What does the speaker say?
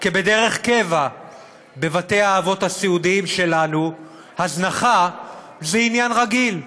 דרך קבע בבתי-האבות הסיעודיים שלנו הזנחה זה עניין רגיל,